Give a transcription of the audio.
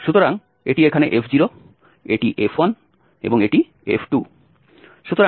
সুতরাং এটি এখানে f0 এটি f1 এবং এটি f2